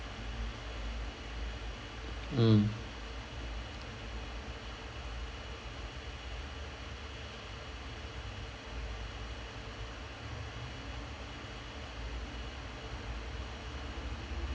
mm